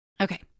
Okay